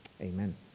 amen